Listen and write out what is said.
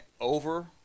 over